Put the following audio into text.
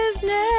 Business